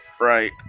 right